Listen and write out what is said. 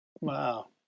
Wow